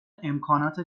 امکانات